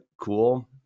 cool